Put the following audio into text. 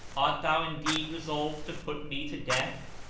art thou indeed resolved to put me to death?